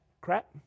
crap